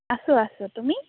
আছোঁ আছোঁ তুমি